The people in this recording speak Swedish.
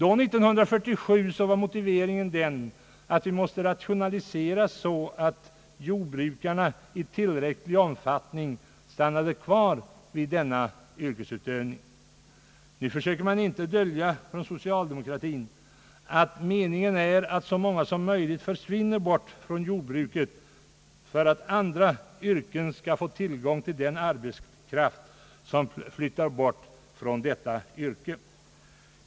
År 1947 var motiveringen att vi måste rationalisera, så att jordbrukarna i tillräcklig omfattning stannade kvar i sitt yrke. Nu försöker man inte dölja från socialdemokratins sida, att meningen är att så många som möjligt försvinner bort från jordbruket, för att andra yrken skall få tillgång till den arbetskraften.